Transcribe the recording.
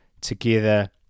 together